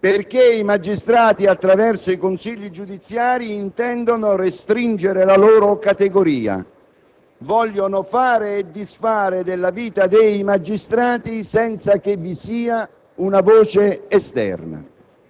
Si dice che gli avvocati non possono essere presenti nel Consiglio giudiziario perché in qualche modo potrebbero, essere